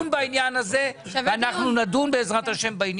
צריך לדון בעניין הזה, ואנחנו נדון בו בעזרת השם.